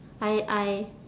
I I